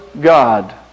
God